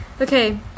Okay